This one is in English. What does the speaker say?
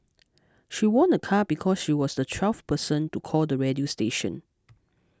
she won a car because she was the twelfth person to call the radio station